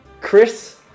Chris